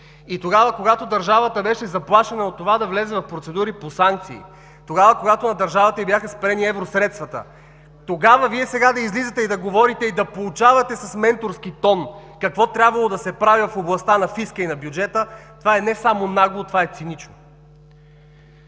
дефицит, когато държавата беше заплашена да влезе в процедури по санкции, когато на държавата й бяха спрени евросредствата, сега Вие да излизате и да говорите, и да поучавате с менторски тон какво трябвало да се прави в областта на фиска и бюджета, това е не само нагло, това е цинично!